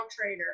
trainer